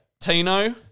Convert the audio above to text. Tino